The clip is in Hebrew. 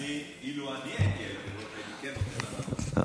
אילו אני הייתי היושב-ראש, כן הייתי נותן לה.